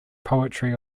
poetry